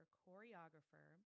choreographer